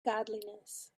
godliness